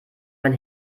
mein